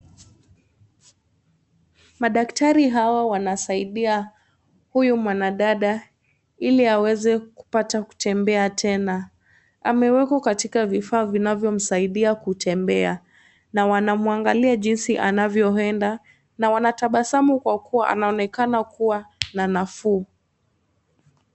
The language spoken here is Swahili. Madaktari hao wanasaidia huyu mwanadada ili aweze kupata kutembea tena. Amewekwa katika vifaa vinavyomsaidia kutembea. Na wanamwangalia jinsi anavyoenda. Na wanatabasamu kwa kuwa anaonekana kuwa ana nafuu.